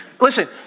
Listen